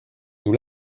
nous